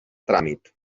tràmit